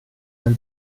nel